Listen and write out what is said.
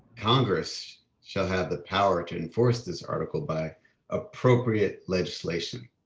congress shall have the power to enforce this article by appropriate legislation.